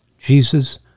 Jesus